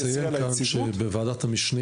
אני אציין כאן שבוועדת המשנה